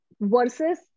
versus